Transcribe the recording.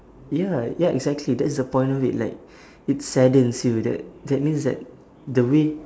ya ya exactly that's the point of it like it saddens you that that means that the way